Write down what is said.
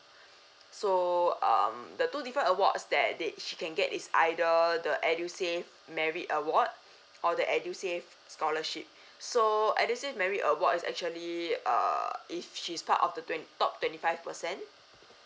so um the two different awards that that she can get is either the edusave merit award or the edusave scholarship so edusave merit awards actually uh if she's part of the twenty top twenty five percent